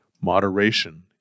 Moderation